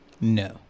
No